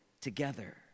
together